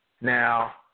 Now